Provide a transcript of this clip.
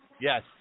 Yes